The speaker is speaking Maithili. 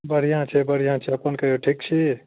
बढ़िआँ छै बढ़िआँ छै अपन कहिऔ ठीक छी